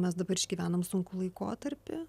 mes dabar išgyvenam sunkų laikotarpį